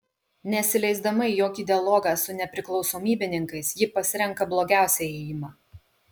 nesileisdama į jokį dialogą su nepriklausomybininkais ji pasirenka blogiausią ėjimą